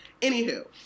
Anywho